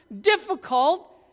difficult